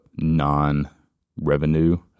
non-revenue